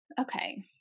Okay